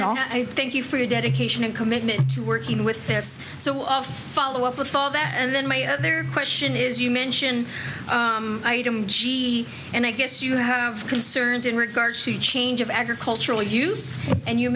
know i thank you for your dedication and commitment to working with this so i follow up with all that and then my other question is you mention item g and i guess you have concerns in regards to the change of agricultural use and you